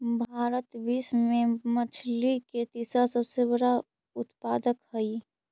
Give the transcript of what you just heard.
भारत विश्व में मछली के तीसरा सबसे बड़ा उत्पादक हई